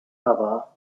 cover